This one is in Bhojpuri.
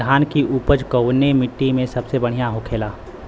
धान की उपज कवने मिट्टी में सबसे बढ़ियां होखेला?